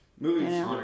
Movies